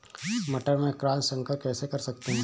मटर में क्रॉस संकर कैसे कर सकते हैं?